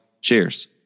Cheers